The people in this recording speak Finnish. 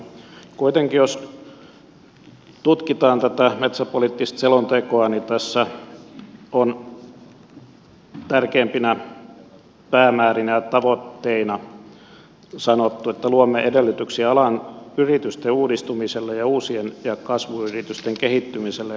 kuitenkin jos tutkitaan tätä metsäpoliittista selontekoa niin tässä on tärkeimpinä päämäärinä tavoitteina sanottu että luomme edellytyksiä alan yritysten uudistumiselle ja uusien ja kasvuyritysten kehittymiselle elinkeinopolitiikalla lainsäädännöllä